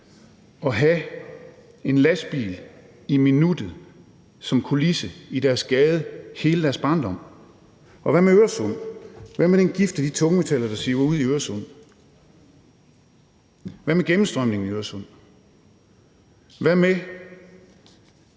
og have en lastbil i minuttet som kulisse i deres gade hele deres barndom? Og hvad med Øresund – hvad med den gift og de tungmetaller, der siver ud i Øresund? Hvad med gennemstrømningen i Øresund? Hvad mener